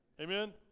Amen